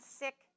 sick